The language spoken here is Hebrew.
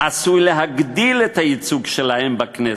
עשויים להגדיל את הייצוג שלהן בכנסת,